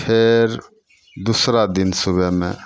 फेर दोसरा दिन सुबहमे